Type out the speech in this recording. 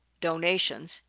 donations